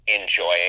enjoying